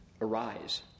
arise